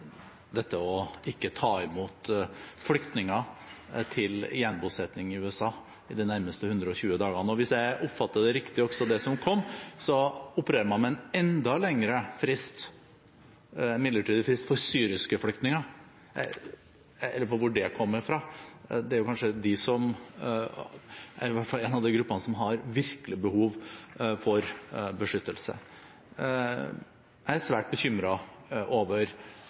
dette å ikke ta imot flyktninger til gjenbosetting i USA i de nærmeste 120 dagene. Og hvis jeg oppfattet riktig det som kom, opererer man med en enda lengre midlertidig frist for syriske flyktninger – jeg lurer på hvor det kommer fra – det er kanskje en av de gruppene som virkelig har behov for beskyttelse. Jeg er svært bekymret over